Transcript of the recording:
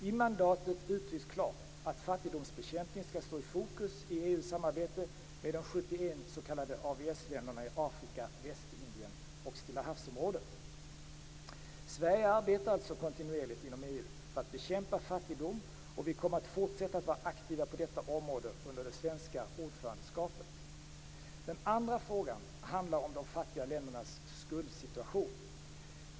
I mandatet uttrycks klart att fattigdomsbekämpningen skall stå i fokus i EU:s samarbete med de 71 s.k. AVS-länderna i Afrika, Sverige arbetar alltså kontinuerligt inom EU för att bekämpa fattigdom, och vi kommer att fortsätta att vara aktiva på detta område under det svenska ordförandeskapet. Den andra frågan handlar om de fattiga ländernas skuldsituation.